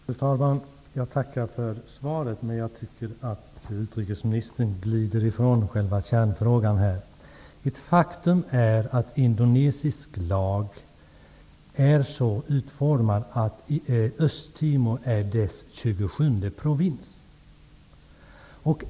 Fru talman! Jag tackar för svaret, men jag tycker att utrikesministern glider ifrån själva kärnfrågan. Ett faktum är att indonesisk lag är så utformad att Östtimor är dess tjugosjunde provins.